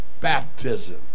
baptism